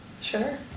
Sure